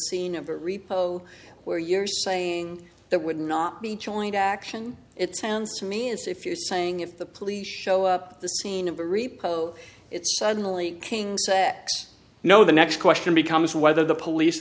scene of the repos where you're saying that would not be joint action it sounds to me as if you're saying if the police show up at the scene of the repos it's suddenly king sex no the next question becomes whether the police